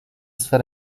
swe